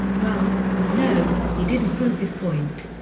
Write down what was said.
well, you know, he didn't prove his point.